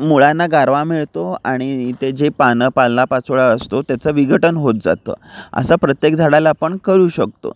मुळांना गारवा मिळतो आणि ते जे पानं पालनापाचोळा असतो त्याचं विघटन होत जातं असं प्रत्येक झाडाला आपण करू शकतो